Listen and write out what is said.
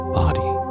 body